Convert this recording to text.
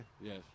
Yes